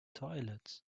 toilets